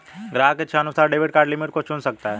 ग्राहक इच्छानुसार debit card limit को चुन सकता है